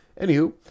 anywho